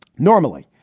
normally,